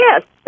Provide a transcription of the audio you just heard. Yes